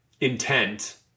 intent